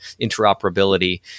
interoperability